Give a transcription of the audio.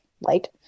light